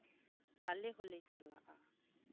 ᱟᱞᱮ ᱦᱚᱸᱞᱮ ᱪᱟᱞᱟᱜᱼᱟ